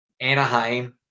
Anaheim